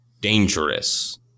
dangerous